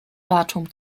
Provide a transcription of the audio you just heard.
datum